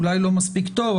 אולי לא מספיק טוב,